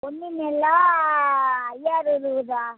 பொன்னி நெல்லா அய்யார் எழுவதா